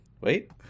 wait